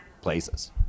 places